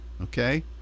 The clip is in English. Okay